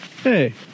Hey